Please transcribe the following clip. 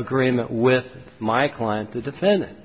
agreement with my client the defendant